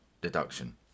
deduction